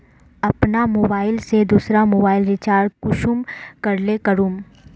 अपना मोबाईल से दुसरा मोबाईल रिचार्ज कुंसम करे करूम?